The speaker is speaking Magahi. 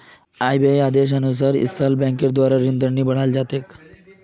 आरबीआईर आदेशानुसार इस साल बैंकेर द्वारा ऋण दर नी बढ़ाल जा तेक